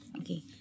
Okay